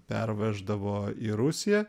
perveždavo į rusiją